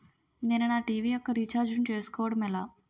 నేను నా టీ.వీ యెక్క రీఛార్జ్ ను చేసుకోవడం ఎలా?